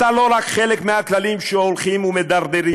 אתה לא רק חלק מהכללים שהולכים ומידרדרים,